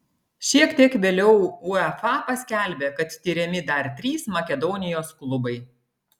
šiek tiek vėliau uefa paskelbė kad tiriami dar trys makedonijos klubai